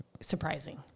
surprising